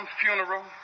funeral